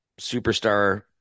superstar